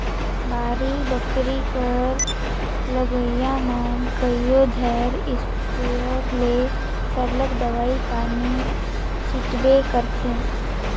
बाड़ी बखरी कर लगोइया मन कइयो धाएर इस्पेयर ले सरलग दवई पानी छींचबे करथंे